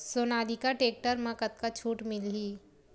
Sonalika tractor म कतका छूट मिलही?